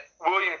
William